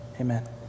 Amen